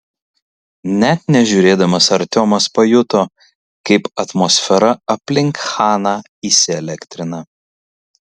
net nežiūrėdamas artiomas pajuto kaip atmosfera aplink chaną įsielektrina